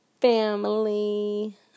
family